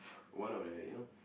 one of the you know